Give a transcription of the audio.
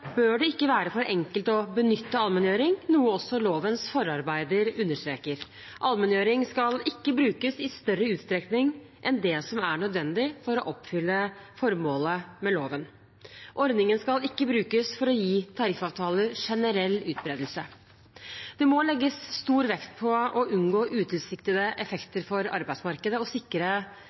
bør det ikke være for enkelt å benytte allmenngjøring, noe også lovens forarbeider understreker. Allmenngjøring skal ikke brukes i større utstrekning enn det som er nødvendig for å oppfylle formålet med loven. Ordningen skal ikke brukes for å gi tariffavtaler generell utbredelse. Det må legges stor vekt på å unngå utilsiktede effekter for arbeidsmarkedet og sikre